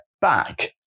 back